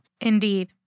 Indeed